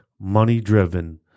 money-driven